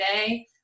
today